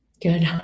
Good